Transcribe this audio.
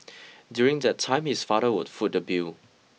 during that time his father would foot the bill